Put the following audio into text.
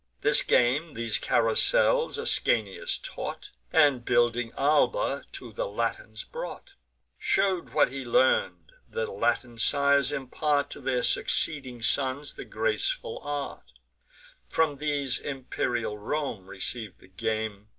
this game, these carousels, ascanius taught and, building alba, to the latins brought shew'd what he learn'd the latin sires impart to their succeeding sons the graceful art from these imperial rome receiv'd the game,